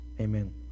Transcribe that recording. Amen